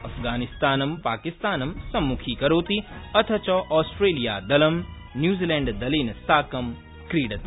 अफ़गानिस्तानं पाकिस्तानं सम्मुखीकरोति अथ च ऑस्ट्रेलियादलं न्यूजीलैण्डदलेन साकं क्रीडति